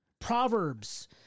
Proverbs